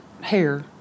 hair